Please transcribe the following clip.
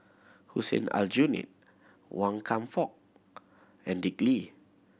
Hussein Aljunied Wan Kam Fook and Dick Lee